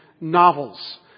novels